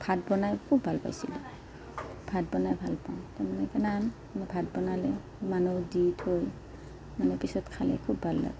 ভাত বনাই খুব ভাল পাইছিলোঁ ভাত বনাই ভাল পাওঁ তাৰ মানে কিমান মই ভাত বনালে মানুহক দি থৈ মানে পিছত খালে খুব ভাল লাগে